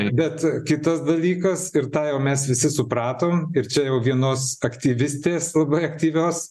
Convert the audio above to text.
bet kitas dalykas ir tą jau mes visi supratom ir čia vienos aktyvistės labai aktyvios